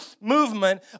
movement